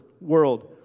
world